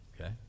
Okay